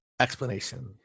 explanation